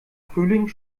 frühling